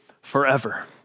forever